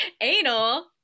anal